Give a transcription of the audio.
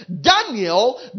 Daniel